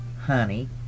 honey